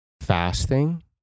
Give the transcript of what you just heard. Fasting